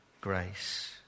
grace